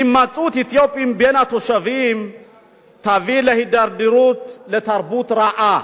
הימצאות אתיופים בין התושבים תביא להידרדרות לתרבות רעה.